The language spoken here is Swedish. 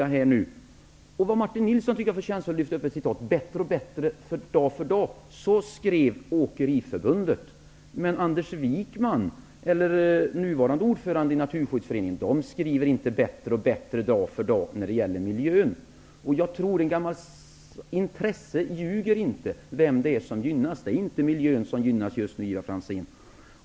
Naturskyddsföreningen skriver inte ''bättre och bättre dag för dag'' när det gäller miljön. Jag tror att det gamla intresset inte ljuger. Den som gynnas är inte miljön, Ivar Franzén.